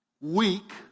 Weak